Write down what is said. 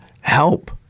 help